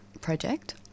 project